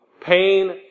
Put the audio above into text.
pain